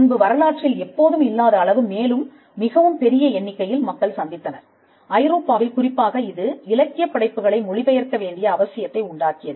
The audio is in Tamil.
முன்பு வரலாற்றில் எப்போதும் இல்லாத அளவு மேலும் மிகவும் பெரிய எண்ணிக்கையில் மக்கள் சந்தித்தனர் ஐரோப்பாவில் குறிப்பாக இது இலக்கியப் படைப்புகளை மொழிபெயர்க்க வேண்டிய அவசியத்தை உண்டாக்கியது